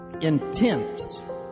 intense